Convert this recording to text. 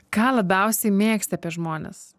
ką labiausiai mėgsti apie žmones